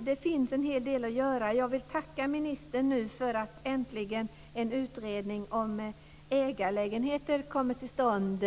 Det finns alltså en hel del att göra. Jag vill tacka ministern för att en utredning om ägarlägenheter nu äntligen kommer till stånd.